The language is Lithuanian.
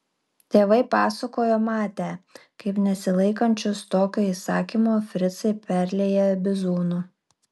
tėvai pasakojo matę kaip nesilaikančius tokio įsakymo fricai perlieja bizūnu